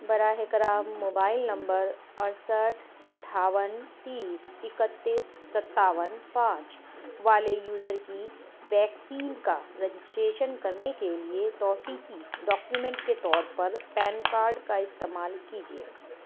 براہِ کرم mobile number اڑسٹھ اٹھاون تیس اکتیس ستاون پانچ والے یوزر کی ویکسین کا رجسٹریشن کرنے کے لیے توثیقی ڈاکیومنٹ کے طور پر پین کاڈ کا استعمال کیجیے